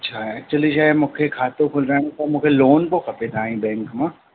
छा एक्चुली छाहे मूंखे खातो खुलाइण खां मूंखे लोन पोइ खपे तव्हांजे बैंक मां